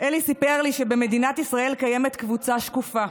אלי סיפר לי שבמדינת ישראל קיימת קבוצה שקופה,